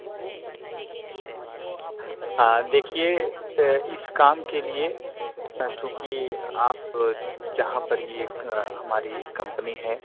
ہاں دیکھیے اس کام کے لیے چونکہ آپ جہاں پر یہ ایک ہماری کمپنی ہے